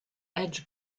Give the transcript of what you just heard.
edge